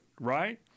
right